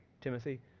Timothy